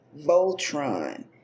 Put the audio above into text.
Voltron